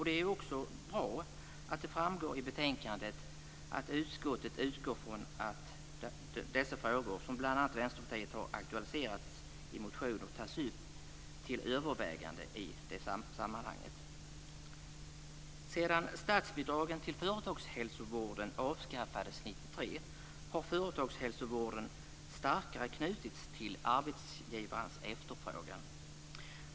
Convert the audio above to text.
Det är också bra att det framgår i betänkandet att utskottet utgår från att de frågor som bl.a. Vänsterpartiet har aktualiserat i motioner tas upp till övervägande i det sammanhanget. Sedan statsbidragen till företagshälsovården avskaffades 1993 har företagshälsovården starkare knutits till arbetsgivarens efterfrågan.